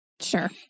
Sure